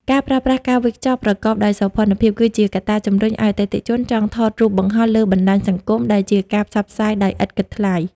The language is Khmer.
ការប្រើប្រាស់ "ការវេចខ្ចប់ប្រកបដោយសោភ័ណភាព" គឺជាកត្តាជម្រុញឱ្យអតិថិជនចង់ថតរូបបង្ហោះលើបណ្ដាញសង្គម ដែលជាការផ្សព្វផ្សាយដោយឥតគិតថ្លៃ។